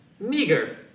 meager